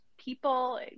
People